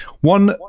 One